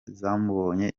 zamubonye